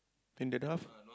can the dove